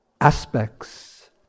aspects